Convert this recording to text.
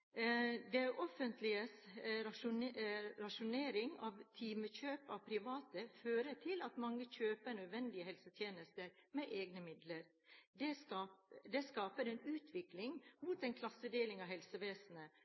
Det offentliges rasjonering av timekjøp hos private fører til at mange kjøper nødvendige helsetjenester med egne midler. Det skaper en utvikling mot en klassedeling av helsevesenet,